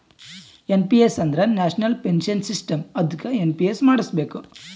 N P S ಅಂದುರ್ national pension system ಅದ್ದುಕ NPS ಮಾಡುಸ್ಬೇಕ್